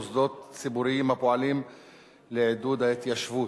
(מוסדות ציבוריים הפועלים לעידוד ההתיישבות),